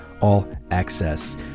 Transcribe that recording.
all-access